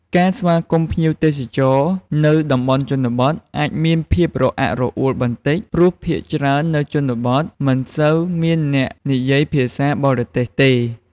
ការស្វាគមន៍ភ្ញៀវទេសចរណ៍នៅតំបន់ជនបទ អាចមានភាពរអាក់រអួលបន្តិចព្រោះភាគច្រើននៅជនបទ មិនសូវមានអ្នកនិយាយភាសាបរទេសទេ។